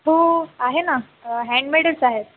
हो आहे ना हँडमेडच आहेत